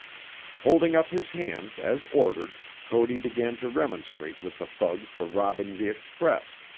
holding up his hands as ordered, cody began to remonstrate with the thugs for robbing the express,